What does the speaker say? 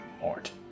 Mort